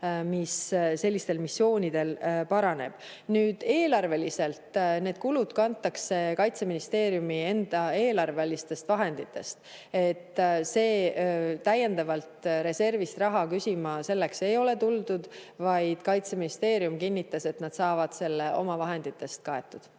mis sellistel missioonidel paraneb. Eelarveliselt need kulud kantakse Kaitseministeeriumi enda eelarvelistest vahenditest. Täiendavalt reservist raha küsima selleks ei ole tuldud, vaid Kaitseministeerium kinnitas, et nad saavad selle oma vahenditest kaetud.